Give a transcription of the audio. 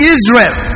Israel